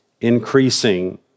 increasing